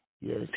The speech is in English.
Yes